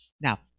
Now